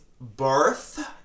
birth